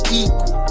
equal